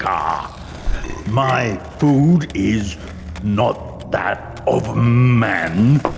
um my food is not that of man.